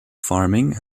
farming